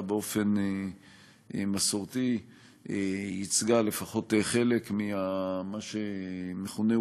באופן מסורתי ייצגה לפחות חלק ממה שמכונה,